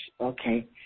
okay